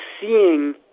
seeing